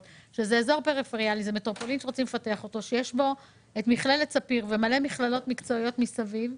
- אזור פריפריאלי שיש בו את מכללת ספיר ומלא מכללות מקצועיות מסביב.